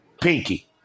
Pinky